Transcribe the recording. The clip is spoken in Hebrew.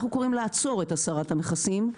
אנחנו קוראים לעצור את הסרת המכסים,